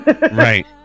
right